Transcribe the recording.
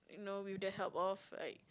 you know with the help of like